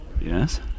Yes